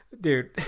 dude